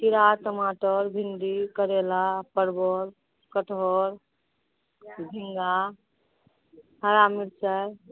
खीरा टमाटर भिन्डी करैला परबल कठहर झींगा हरा मिर्चाइ